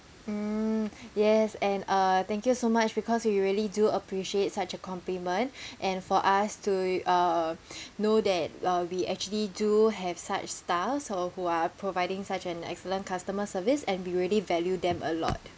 mm yes and uh thank you so much because we really do appreciate such a compliment and for us to uh know that uh we actually do have such staffs uh who are providing such an excellent customer service and we really value them a lot